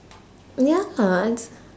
ya lah it's